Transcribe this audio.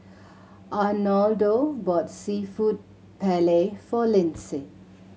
Arnoldo bought Seafood Paella for Lindsay